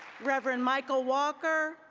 reverend michael walker,